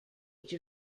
age